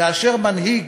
כאשר מנהיג,